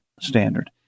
standard